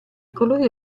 colore